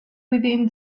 within